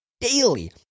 daily